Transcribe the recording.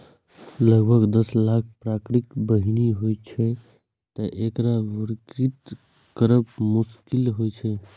लगभग दस लाख प्रकारक बीहनि होइ छै, तें एकरा वर्गीकृत करब मोश्किल छै